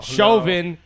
Chauvin